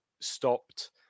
stopped